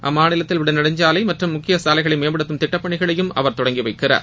அம்மாநிலத்தில் உள்ள நெடுஞ்சாலை மற்றும் முக்கிய சாலைகளை மேம்படுத்தும் திட்டப்பணிகளையும் அவர் தொடங்கி வைக்கிறார்